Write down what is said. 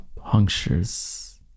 punctures